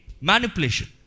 Manipulation